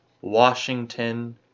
Washington